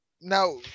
Now